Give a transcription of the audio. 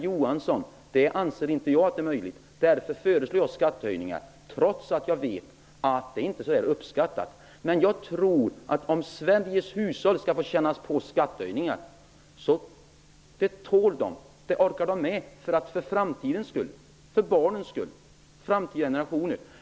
Jag anser inte att det är möjligt. Därför föreslår jag skattehöjningar trots att jag vet att det inte är så uppskattat. Jag tror att Sveriges hushåll tål skattehöjningar. De orkar med det för barnens och framtida generationers skull.